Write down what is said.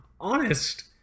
honest